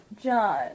John